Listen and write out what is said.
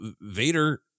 Vader